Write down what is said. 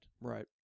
right